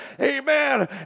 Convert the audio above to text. Amen